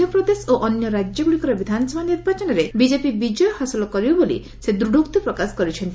ମଧ୍ୟପ୍ରଦେଶ ଓ ଅନ୍ୟ ରାଜ୍ୟଗୁଡ଼ିକର ବିଧାନସଭା ନିର୍ବାଚନରେ ବିଜେପି ବିଜୟ ହାସଲ କରିବ ବୋଲି ସେ ଦୃଢ଼ୋକ୍ତି ପ୍ରକାଶ କରିଛନ୍ତି